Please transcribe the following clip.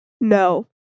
No